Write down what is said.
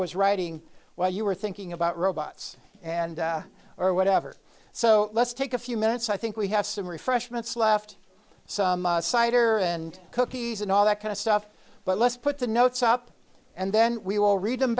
was writing while you were thinking about robots and or whatever so let's take a few minutes i think we have some refreshments left some cider and cookies and all that kind of stuff but let's put the notes up and then we will read them